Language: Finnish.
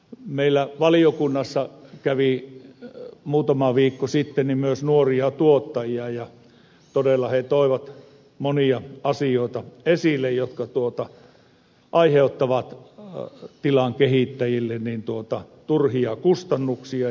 meillä valiokunnassa kävi muutama viikko sitten myös nuoria tuottajia ja todella he toivat esille monia asioita jotka aiheuttavat tilan kehittäjille turhia kustannuksia